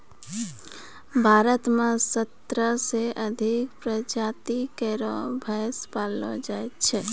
भारत म सत्रह सें अधिक प्रजाति केरो भैंस पैलो जाय छै